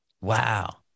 Wow